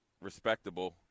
respectable